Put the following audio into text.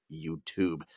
YouTube